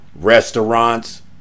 restaurants